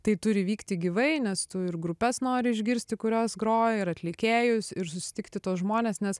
tai turi vykti gyvai nes tu ir grupes nori išgirsti kurios groja ir atlikėjus ir susitikti tuos žmones nes